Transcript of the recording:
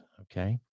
okay